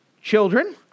Children